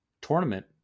tournament